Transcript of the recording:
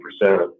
percent